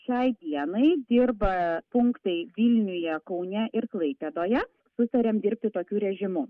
šiai dienai dirba punktai vilniuje kaune ir klaipėdoje sutarėm dirbti tokiu režimu